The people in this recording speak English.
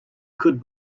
could